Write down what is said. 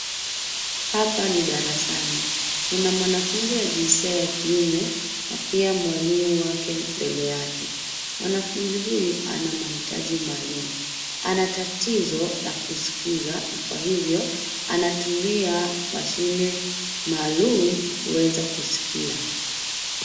Hapa ni darasani, kuna mwanafunzi wa jinsia ya kiume na pia mwalimu wake mbele yake. Mwanafunzi huyu ana mahitaji maalimu ana tatizo ya kuskiza na kwa hivyo anatumia mashine maalimu kuweza kuskia.